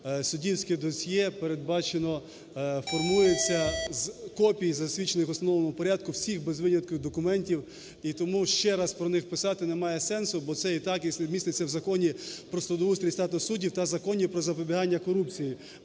суддівське досьє передбачено, формується з копій, засвідчених в установленому порядку всіх без винятку документів, і тому ще раз про них писати немає сенсу. Бо це і так міститься в Законі "Про судоустрій і статус суддів" та Законі про запобігання корупцією,